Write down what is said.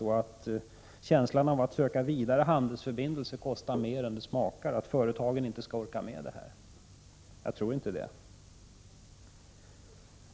Har man en känsla av att det kostar mer än det smakar att söka vidare handelsförbindelser, att företagen inte orkar med detta? Jag tror inte det.